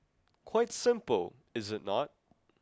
quite simple is it not